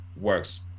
works